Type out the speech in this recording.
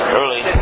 early